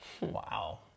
Wow